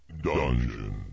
Dungeon